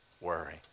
Worry